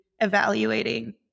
evaluating